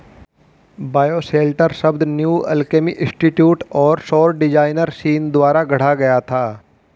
bioshelter शब्द new alchemy institute और सौर डिजाइनर सीन द्वारा गढ़ा गया था